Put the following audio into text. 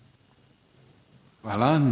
dala.